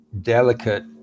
delicate